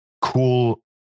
cool